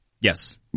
yes